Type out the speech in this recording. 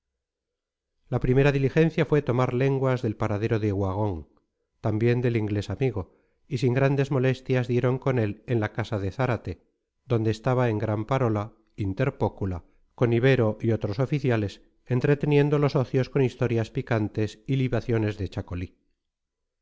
la primera diligencia fue tomar lenguas del paradero de uhagón también del inglés amigo y sin grandes molestias dieron con él en la casa de zárate donde estaba en gran parola inter pocula con ibero y otros oficiales entreteniendo los ocios con historias picantes y libaciones de chacolí